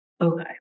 Okay